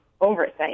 oversight